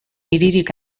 hiririk